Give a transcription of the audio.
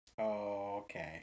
Okay